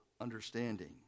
understanding